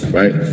right